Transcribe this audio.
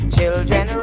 Children